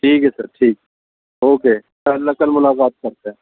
ٹھیک ہے سر ٹھیک اوکے ان شاء اللہ کل ملاقات کرتے ہیں